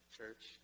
church